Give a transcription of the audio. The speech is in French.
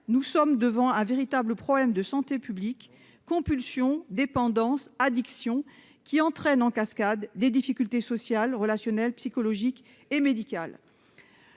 nous sommes devant un véritable problème de santé publique : compulsion, dépendance et addiction entraînent en cascade des difficultés sociales, relationnelles, psychologiques et médicales.